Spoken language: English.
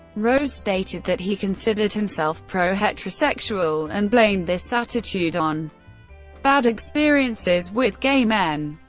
rose stated that he considered himself pro-heterosexual and blamed this attitude on bad experiences with gay men.